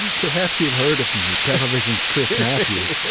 perhaps you've heard of me. television's chris matthews.